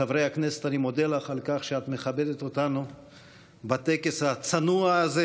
חברי הכנסת אני מודה לך על שאת מכבדת אותנו בטקס הצנוע הזה.